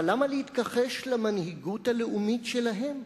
אבל למה להתכחש למנהיגות הלאומית שלהם?